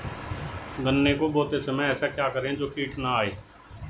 गन्ने को बोते समय ऐसा क्या करें जो कीट न आयें?